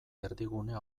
erdigunea